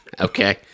Okay